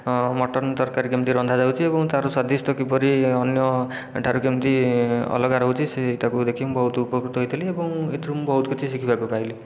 ହଁ ମଟନ ତରକାରୀ କେମିତି ରନ୍ଧା ଯାଉଛି ଏବଂ ତା'ର ସ୍ଵାଦିଷ୍ଟ କିପରି ଅନ୍ୟ ଠାରୁ କେମିତି ଅଲଗା ରହୁଛି ସେ ତାକୁ ଦେଖି ମୁଁ ବହୁତ ଉପକୃତ ହୋଇଥିଲି ଏବଂ ଏଥିରୁ ମୁଁ ବହୁତ କିଛି ଶିଖିବାକୁ ପାଇଲି